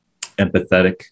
empathetic